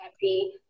happy